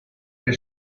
the